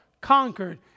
conquered